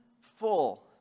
full